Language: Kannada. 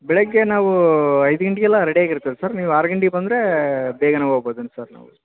ಬೆಳಿಗ್ಗೆ ನಾವು ಐದು ಗಂಟೆಗೆಲ್ಲ ರೆಡಿ ಆಗಿರ್ತೀವಿ ಸರ್ ನೀವು ಆರು ಗಂಟೆಗ್ ಬಂದರೆ ಬೇಗ ಹೋಗ್ಬೋದ್ ಅಂತ ಸರ್ ನಾವು